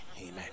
Amen